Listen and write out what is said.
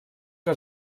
que